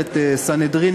ממסכת סנהדרין,